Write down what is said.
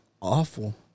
awful